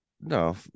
no